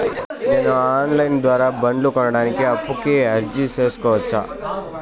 నేను online ద్వారా బండ్లు కొనడానికి అప్పుకి అర్జీ సేసుకోవచ్చా?